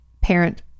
parent